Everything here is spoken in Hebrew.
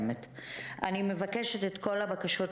סתם לסבר את האוזן,